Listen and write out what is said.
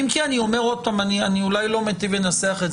אם כי אני אומר שוב אני אולי לא מיטיב לנסח את זה